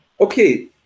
Okay